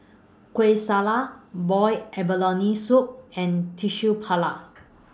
Kueh Syara boiled abalone Soup and Tissue